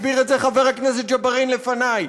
הסביר את זה חבר הכנסת ג'בארין לפני.